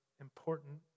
important